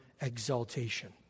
exaltation